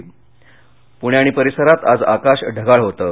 हवामान पूणे आणि परिसरात आज आकाश ढगाळ होतं